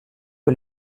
que